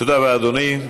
תודה רבה, אדוני.